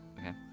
Okay